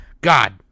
God